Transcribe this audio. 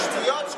שטויות,